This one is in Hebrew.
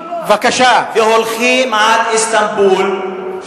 והולכים על איסטנבול,